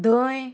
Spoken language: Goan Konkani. धय